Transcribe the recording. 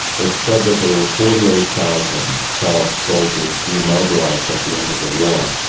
it's said that there were forty eight thousand child soldiers demobilised at the end of the war.